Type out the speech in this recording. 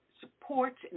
supports